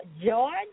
George